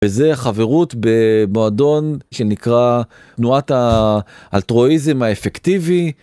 וזה חברות במועדון שנקרא תנועת האלטרואיזם האפקטיבי.